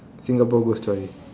Singapore ghost stories